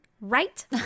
right